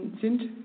sind